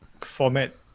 format